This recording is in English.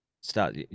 start